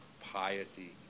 Piety